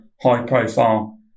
high-profile